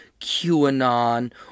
QAnon